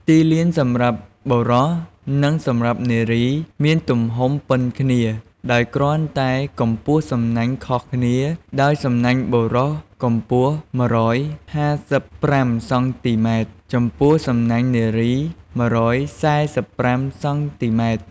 ទីលានសម្រាប់បុរស និង សម្រាប់នារីមានទំហំប៉ុនគ្នាដោយគ្រាន់តែកំពស់សំណាញ់ខុសគ្នា ដោយសំណាញ់បុរសកំពស់ ១៥៥ សង់ទីម៉ែត្រ ចំពោះសំណាញ់នារី ១៤៥ សង់ទីម៉ែត្រ ។